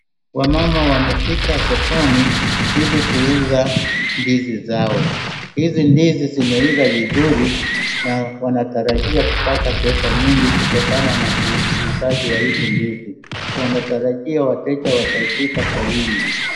Wamama wamefika sokoni ili kuuza ndizi zao. Hizi ndizi zimeiva vizuri na wanatarajia kupata pesa nyingi kutokana na uuzaji wa hizi ndizi. Wanatarajia wateja watafika kwa wingi.